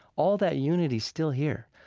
all that unity is still here,